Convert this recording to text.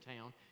town